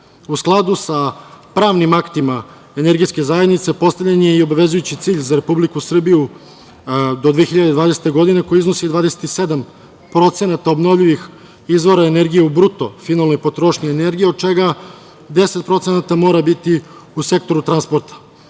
skladu je sa pravim aktima energetske zajednice postavljen je i obavezujući cilj za Republiku Srbiju do 2020. godine, koji iznosi 27% obnovljivih izvora energije u bruto finalnoj potrošnji energije, od čega 10% mora biti u sektoru transporta.